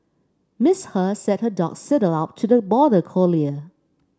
Miss He said that her dog sidled up to the border collie